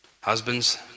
husbands